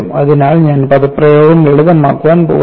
അതിനാൽ ഞാൻ പദപ്രയോഗം ലളിതമാക്കാൻ പോകുന്നു